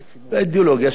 באידיאולוגיה שלו.